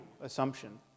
assumption